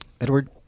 Edward